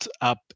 up